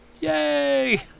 Yay